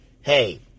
hey